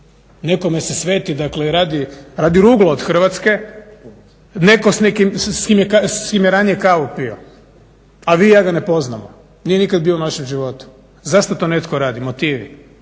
Nekome se sveti, dakle radi ruglo od Hrvatske, netko s kim je ranije kavu pio a vi i ja ga ne poznamo nije nikad bio u našem životu. Zašto to netko radi, motivi?